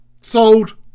Sold